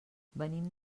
venim